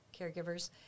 caregivers